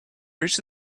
reached